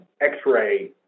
x-ray